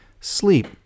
sleep